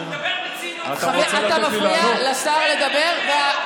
הוא מדבר בציניות, אתה מפריע לשר לדבר.